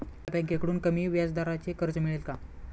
मला बँकेकडून कमी व्याजदराचे कर्ज मिळेल का?